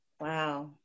wow